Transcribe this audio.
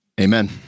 Amen